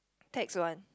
tax one